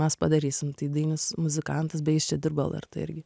mes padarysim tai dainius muzikantas bei jis čia dirbo lrt irgi